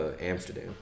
Amsterdam